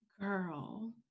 girl